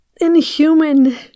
inhuman